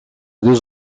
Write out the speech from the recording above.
deux